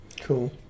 Cool